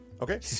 Okay